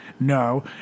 No